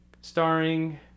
starring